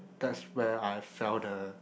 that's where I fell the